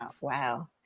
wow